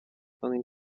cloning